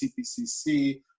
CPCC